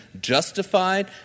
justified